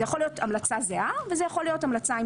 זה יכול להיות המלצה זהה וזה יכול להיות המלצה עם